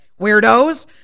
weirdos